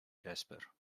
jasper